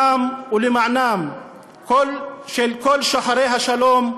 אני עומד כאן בשמם ולמענם של כל שוחרי השלום,